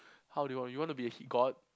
how do you you want to be a hit god